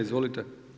Izvolite.